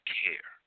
care